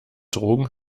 drogen